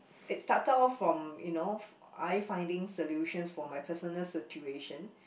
it started off from you know I finding solutions for my personal situation